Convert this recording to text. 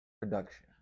Production